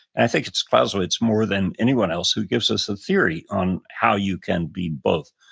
i think it's plausible. it's more than anyone else who gives us a theory on how you can be both,